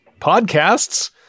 Podcasts